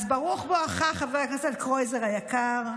אז ברוך בואך, חבר הכנסת קרויזר היקר,